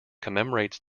commemorates